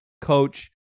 coach